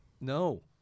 No